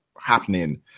happening